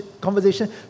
conversation